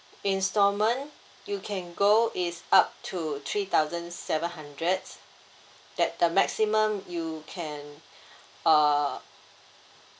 instalment you can go is up to three thousand seven hundred that the maximum you can uh